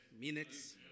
minutes